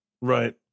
Right